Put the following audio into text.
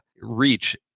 reach